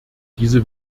diese